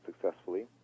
successfully